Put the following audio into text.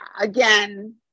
again